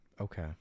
Okay